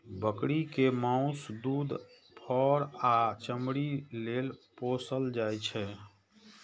बकरी कें माउस, दूध, फर आ चमड़ी लेल पोसल जाइ छै